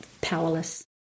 powerless